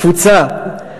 קבוצה,